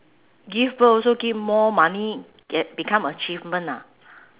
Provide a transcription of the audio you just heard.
give birth also give more money become achievement ah